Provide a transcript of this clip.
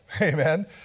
Amen